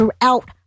throughout